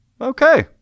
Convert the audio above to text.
Okay